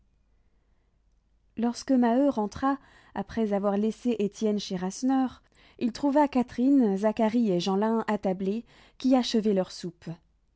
lorsque maheu rentra après avoir laissé étienne chez rasseneur il trouva catherine zacharie et jeanlin attablés qui achevaient leur soupe